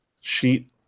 sheet